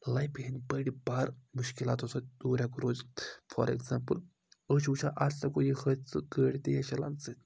لایِفہِ ہٕندۍ بٔڑۍ بار مُشکِلاتو سٟتۍ دوٗر ہؠکو روٗزِتھ فار اؠگزامپٕل أسۍ چھِ وٕچھان اَرصہ کُنہِ حٲدثہٕ گٲڑۍ تیز چَلان